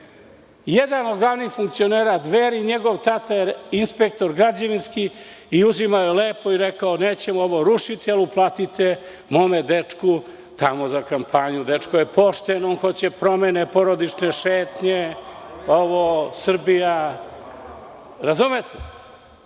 Jedan od glavnih funkcionera Dveri, njegov tata je građevinski inspektor i lepo je rekao – nećemo ovo rušiti, ali uplatite mom dečku tamo za kampanju, dečko je pošten, on hoće promene, porodične šetnje. Razumete?